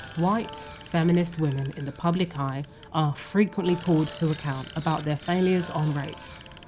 white, feminist women in the public eye are frequently called to account about their failures on race.